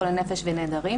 חולי נפש ונעדרים),